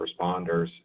responders